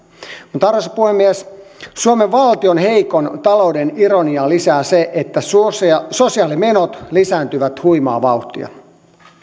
mutta arvoisa puhemies suomen valtion heikon talouden ironiaa lisää se että sosiaalimenot lisääntyvät huimaa vauhtia